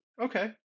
Okay